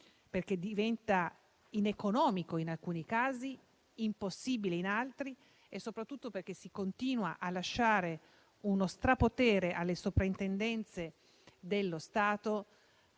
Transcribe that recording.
diventa antieconomico in alcuni casi, impossibile in altri e, soprattutto, si continua a lasciare uno strapotere alle soprintendenze dello Stato,